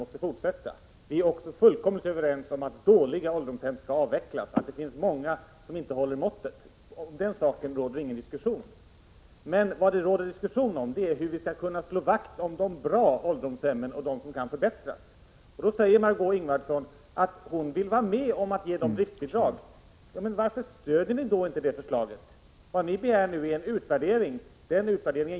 Det är möjligt att vi törs ställa större förhoppningar på socialstyrelsens kommande granskning av statsbidragssystemet, men vi vidhåller vår uppfattning att något måste göras nu för att påverka kommunerna. Vår sista reservation i detta betänkande gäller ansvaret för svårt rörelsehindrade elevers gymnasieutbildning.